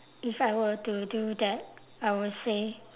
if I were to do that I would say